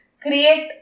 Create